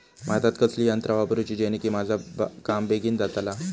भातात कसली यांत्रा वापरुची जेनेकी माझा काम बेगीन जातला?